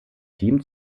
team